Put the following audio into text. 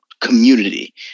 community